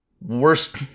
worst